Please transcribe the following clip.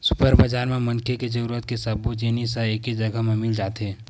super बजार म मनखे के जरूरत के सब्बो जिनिस ह एके जघा म मिल जाथे